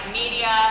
media